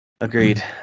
Agreed